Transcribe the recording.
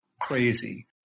crazy